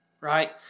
right